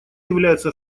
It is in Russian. является